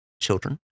children